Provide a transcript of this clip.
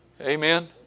Amen